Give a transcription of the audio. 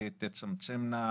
תצמצמנה